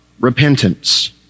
repentance